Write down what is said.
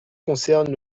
concernent